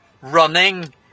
running